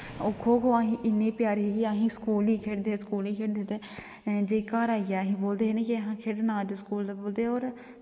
खो खो असें इ'न्नी प्यारी ही कि असें स्कूल ई खेढदे हे स्कूल ई खेढदे हे ते जे घर आइयै असें ई बोलदे हे निं खेढना अज्ज स्कूल ते होर